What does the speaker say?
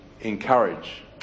encourage